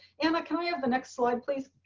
and a copy of the next slide please.